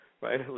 right